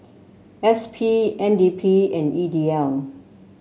S P N D P and E D L